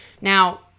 Now